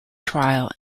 trial